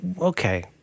okay